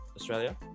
Australia